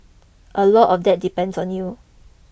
a lot of that depends on you